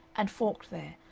and forked there,